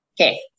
Okay